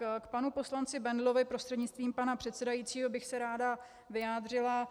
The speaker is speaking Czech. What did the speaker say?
K panu poslanci Bendlovi, prostřednictvím pana předsedajícího, bych se ráda vyjádřila.